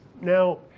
Now